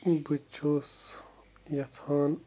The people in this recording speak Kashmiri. بہٕ چھُس یژھان